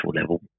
level